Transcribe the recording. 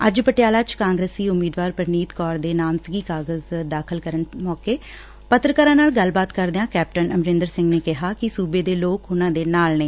ਅੱਜ ਪਟਿਆਲਾ ਚ ਕਾਂਗਰਸੀ ਉਮੀਦਵਾਰ ਪੁਨੀਤ ਕੌਰ ਦੇ ਨਾਮਜ਼ਦਗੀ ਕਾਗਜ਼ ਦਾਖਲ ਕਰਨ ਮੌਕੇ ਪੱਤਰਕਾਰਾਂ ਨਾਲ ਗੱਲਬਾਤ ਕਰਦਿਆਂ ਕੈਪਟਨ ਅਮਰਿੰਦਰ ਸਿੰਘ ਨੇ ਕਿਹਾ ਕਿ ਸੁਬੇ ਦੇ ਲੋਕ ਉਨ੍ਹਾਂ ਦੇ ਨਾਲ ਨੇ